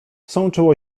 sączyło